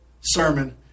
sermon